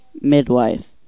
midwife